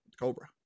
Cobra